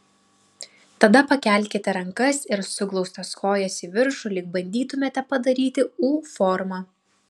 tada pakelkite rankas ir suglaustas kojas į viršų lyg bandytumėte padaryti u formą